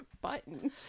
button